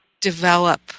develop